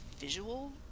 visual